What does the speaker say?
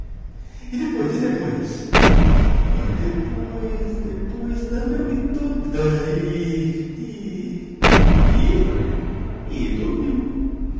e depois e depois e depois depois lambeu me toda e e e dormiu